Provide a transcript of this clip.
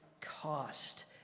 cost